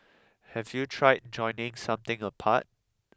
have you tried joining something apart